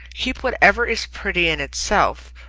keep whatever is pretty in itself,